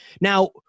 Now